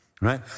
Right